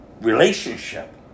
relationship